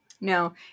No